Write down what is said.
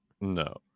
No